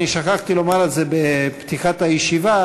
שכחתי לומר את זה בפתיחת הישיבה,